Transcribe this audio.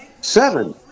Seven